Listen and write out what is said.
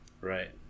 Right